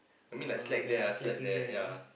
oh ya slacking there ah